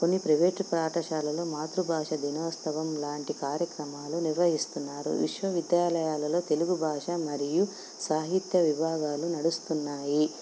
కొన్ని ప్రవేటు పాఠశాలలో మాతృభాష దినోత్సవం లాంటి కార్యక్రమాలు నిర్వహిస్తున్నారు విశ్వవిద్యాలయాలలో తెలుగు భాష మరియు సాహిత్య విభాగాలు నడుస్తున్నాయి